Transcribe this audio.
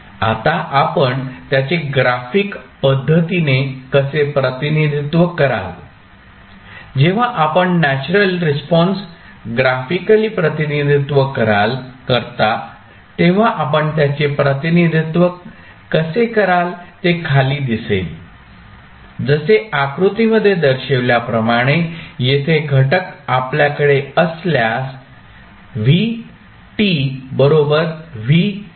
आता आपण त्याचे ग्राफिक पद्धतीने कसे प्रतिनिधित्व कराल जेव्हा आपण नॅचरल रिस्पॉन्स ग्राफिकली प्रतिनिधित्व करता तेव्हा आपण त्याचे प्रतिनिधित्व कसे कराल ते खाली दिसेल जसे आकृतीमध्ये दर्शविल्याप्रमाणे येथे घटक आपल्याकडे असल्यास येथे दिसेल